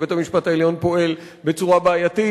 שבית-המשפט העליון פועל בצורה בעייתית,